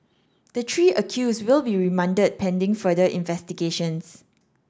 the three accused will be remanded pending further investigations